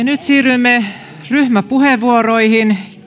nyt siirrymme ryhmäpuheenvuoroihin